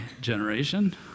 generation